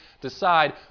decide